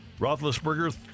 Roethlisberger